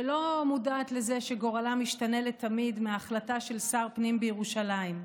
שלא מודעת לזה שגורלה משתנה לתמיד מהחלטה של שר פנים בירושלים.